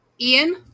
Ian